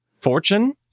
fortune